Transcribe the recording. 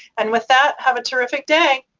and with that, have a terrific day!